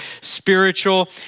spiritual